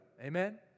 Amen